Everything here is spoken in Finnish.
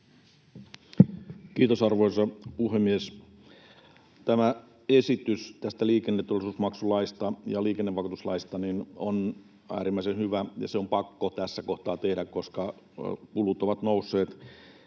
Kiitos, arvoisa puhemies! Tämä esitys liikenneturvallisuusmaksulaista ja liikennevakuutuslaista on äärimmäisen hyvä, ja se on pakko tässä kohtaa tehdä, koska kulut ovat nousseet